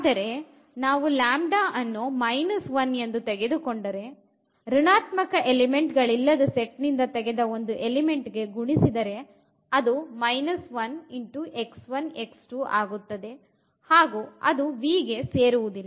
ಆದರೆ ನಾವು ಅನ್ನು 1 ಎಂದು ತೆಗೆದುಕೊಂಡರೆ ಋಣಾತ್ಮಕ ಎಲಿಮೆಂಟ್ ಗಳಿಲ್ಲದ ಸೆಟ್ ನಿಂದ ತೆಗೆದ ಒಂದು ಎಲಿಮೆಂಟ್ ಗೆ ಗುಣಿಸಿದರೆ ಅದು 1 ಆಗುತ್ತದೆ ಹಾಗು ಅದು V ಗೆ ಸೇರುವುದಿಲ್ಲ